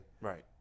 Right